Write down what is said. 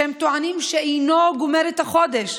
שהם טוענים שאינו גומר את החודש.